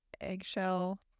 Eggshell